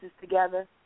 together